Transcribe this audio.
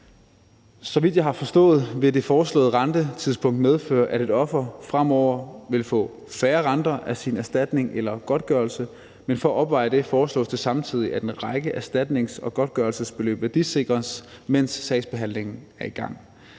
Så vidt jeg har forstået vil det foreslåede rentetidspunkt medføre, at et offer fremover vil få færre renter af sin erstatning eller godtgørelse; men for at opveje det foreslås det samtidig, at en række erstatnings- og godtgørelsesbeløb værdisikres, mens sagsbehandlingen er i gang.